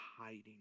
hiding